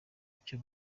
icyo